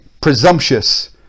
presumptuous